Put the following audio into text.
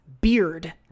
Beard